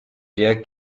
der